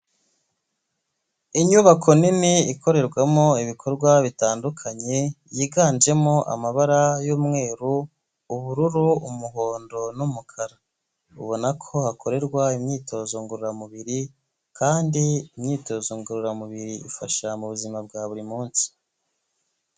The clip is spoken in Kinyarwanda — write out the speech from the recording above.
Inyubako nini ikorerwamo ibikorwa bitandukanye yiganjemo amabara y'umweru, ubururu, umuhondo n'umukara. Ubona ko hakorerwa imyitozo ngororamubiri kandi imyitozo ngororamubiri ifasha mu buzima bwa buri munsi.